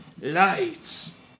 lights